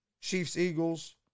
Chiefs-Eagles